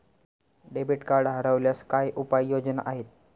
Debit card हरवल्यास काय उपाय योजना आहेत?